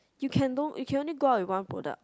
you can go you can only can go out with one product